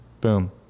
Boom